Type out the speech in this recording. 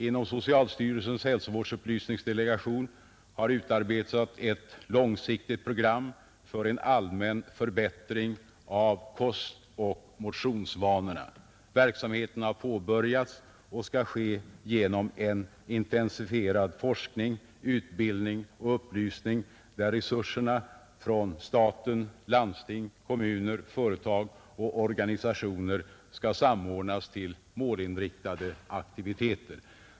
Inom socialstyrelsens hälsovårdsupplysningsdelegation har utarbetats ett långsiktigt program för en allmän förbättring av kostoch motionsvanorna. Verksamheten har påbörjats och skall ske genom en intensifierad forskning, utbildning och upplysning där resurserna från staten, landsting, kommuner, företag och organisationer skall samordnas till målinriktade aktiviteter.